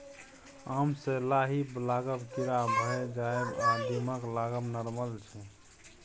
आम मे लाही लागब, कीरा भए जाएब आ दीमक लागब नार्मल छै